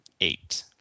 eight